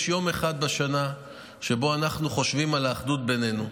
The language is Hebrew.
יש יום אחד בשנה שבו אנחנו חושבים על האחדות בינינו.